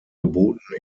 geboten